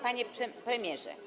Panie Premierze!